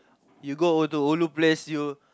you go to ulu place you